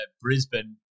Brisbane